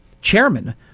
chairman